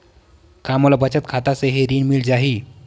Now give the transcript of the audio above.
का मोला बचत खाता से ही कृषि ऋण मिल जाहि?